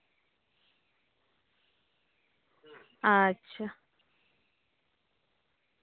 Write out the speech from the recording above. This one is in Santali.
ᱟᱪᱪᱷᱟ